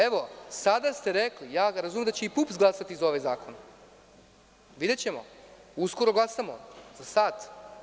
Evo sada ste rekli, ja razumem da će i PUPS glasati za ovaj zakon, videćemo uskoro glasamo, za sat.